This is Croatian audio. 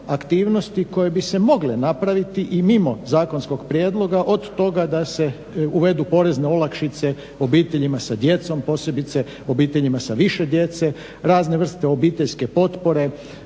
aktivnosti koje bi se mogle napraviti i mimo zakonskom prijedloga od toga da se uvedu porezne olakšice obiteljima sa djecom posebice obiteljima sa više djece, razne vrste obiteljske potpore,